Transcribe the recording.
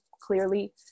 clearly